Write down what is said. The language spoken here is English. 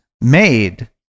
made